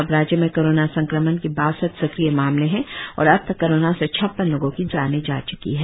अब राज्य में कोरोना संक्रमण के बासठ सक्रिय मामले है और अब तक कोरोना से छप्पन लोगों की जाने जा च्की है